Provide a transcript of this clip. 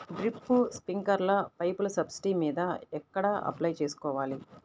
Drip, స్ప్రింకర్లు పైపులు subsidy మీద ఎక్కడ అప్లై చేసుకోవాలి?